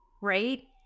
right